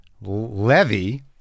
Levy